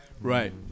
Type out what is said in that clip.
Right